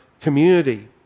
community